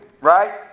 Right